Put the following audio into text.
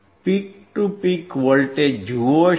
હવે તમે peak to peak voltage જુઓ છો